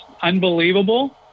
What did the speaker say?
unbelievable